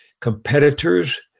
competitors